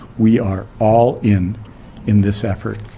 we are all in in this effort.